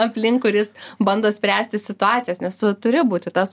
aplink kuris bando spręsti situacijas nes tu turi būti tas